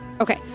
Okay